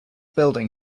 building